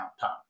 time